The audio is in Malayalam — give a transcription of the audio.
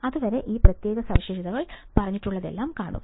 അതുവരെ ഈ പ്രത്യേക സവിശേഷതകൾ പറഞ്ഞിട്ടുള്ളതെല്ലാം കാണുക